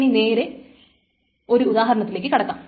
ഇനി നേരെ ഒരു ഉദാഹരണത്തിലേക്ക് കടക്കാം